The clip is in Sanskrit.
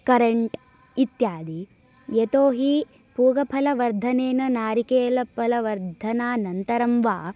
करेन्ट् इत्यादि यतोहि पूगफलवर्धनेने नारिकेलफलवर्धानानन्तरं वा